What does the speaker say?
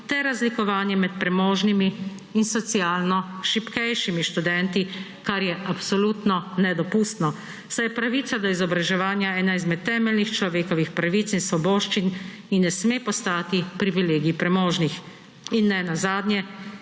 ter razlikovanje med premožnimi in socialno šibkejšimi študenti, kar je absolutno nedopustno, saj je pravica do izobraževanja ena izmed temeljnih človekovih pravic in svoboščin in ne sme postati privilegij premožnih. In nenazadnje,